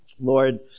Lord